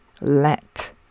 Let